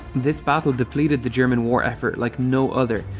this battle depleted the german war effort like no other,